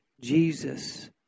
Jesus